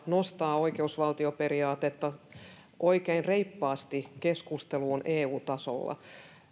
nostaa oikeusvaltioperiaatetta oikein reippaasti keskusteluun eu tasolla